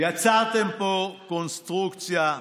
יצרתם פה קונסטרוקציה משונה,